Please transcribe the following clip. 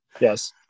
Yes